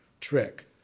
trick